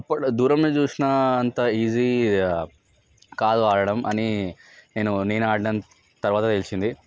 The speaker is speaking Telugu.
కొందరు దూరం చూసినంత ఈజీ కాదు ఆడడం అది నేను నేను ఆడిన తర్వాతే తెలిసింది